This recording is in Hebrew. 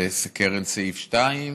וקרן סעיף 2,